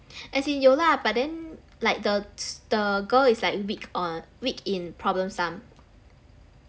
as in 有 lah but then like the the girl is like weak on weak in problem sum